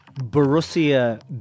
Borussia